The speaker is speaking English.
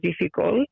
difficult